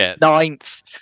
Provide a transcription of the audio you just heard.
ninth